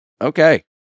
okay